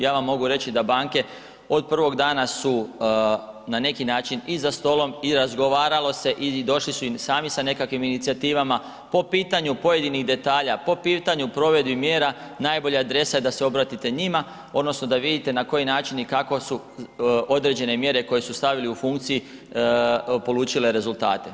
Ja vam mogu reći da banke od prvog dana su na neki način i za stolom i razgovaralo i došli su sami sa nekakvim inicijativama po pitanju pojedinih detalja, po pitanju provedbi mjera najbolja je adresa da se obratite njima odnosno da vidite na koji način i kako su određene mjere koje su stavili u funkciji polučile rezultate.